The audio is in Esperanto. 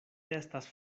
estas